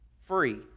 free